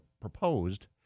proposed